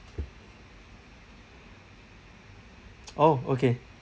oh okay